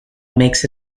makes